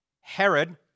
Herod